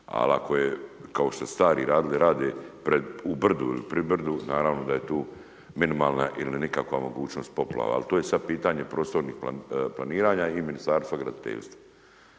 Ali, ako je kao što su stariji radili, rade u pri brdu naravno a je tu minimalan ili nikakva mogućnost poplava, ali to je sada pitanje prostornih planiranja i Ministarstva graditeljstva.